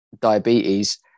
diabetes